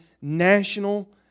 national